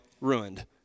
ruined